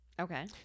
Okay